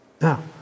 Now